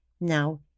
now